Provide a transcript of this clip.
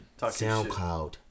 SoundCloud